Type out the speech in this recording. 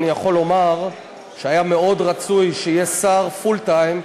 אני יכול לומר שהיה מאוד רצוי שיהיה שר full-time,